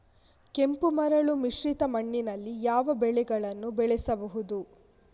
ಕೆಂಪು ಮರಳು ಮಿಶ್ರಿತ ಮಣ್ಣಿನಲ್ಲಿ ಯಾವ ಬೆಳೆಗಳನ್ನು ಬೆಳೆಸಬಹುದು?